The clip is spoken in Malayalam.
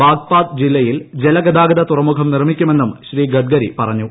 ബാഗ്പാത് ജില്ലയിൽ ജല ഗതാഗത തുറമുഖം നിർമിക്കുമെന്ന് ശ്രീ ഗഡ്കരി പറഞ്ഞു